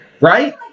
right